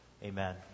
Amen